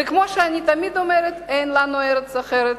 וכמו שאני תמיד אומרת, אין לנו ארץ אחרת.